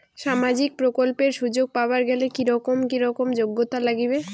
সামাজিক প্রকল্পের সুযোগ পাবার গেলে কি রকম কি রকম যোগ্যতা লাগিবে?